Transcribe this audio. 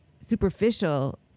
Superficial